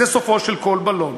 זה סופו של כל בלון.